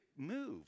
move